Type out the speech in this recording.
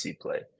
play